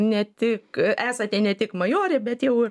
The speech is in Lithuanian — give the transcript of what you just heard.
ne tik esate ne tik majorė bet jau ir